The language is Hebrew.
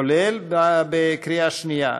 כולל, בקריאה שנייה.